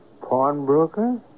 pawnbroker